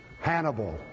Hannibal